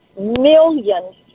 millions